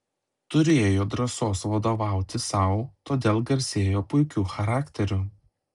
turėjo drąsos vadovauti sau todėl garsėjo puikiu charakteriu